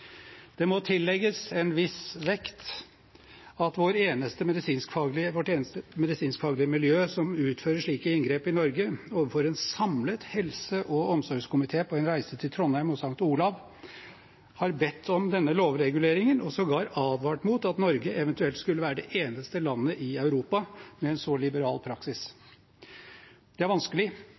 Det må tillegges en viss vekt at vårt eneste medisinskfaglige miljø som utfører slike inngrep i Norge, overfor en samlet helse- og omsorgskomité, på en reise til Trondheim og St. Olavs hospital, ba om denne lovreguleringen og sågar advarte mot at Norge eventuelt skulle være det eneste landet i Europa med en så liberal praksis. Det er vanskelig